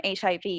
HIV